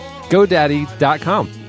GoDaddy.com